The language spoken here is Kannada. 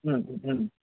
ಹ್ಞೂ ಹ್ಞೂ